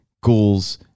ghouls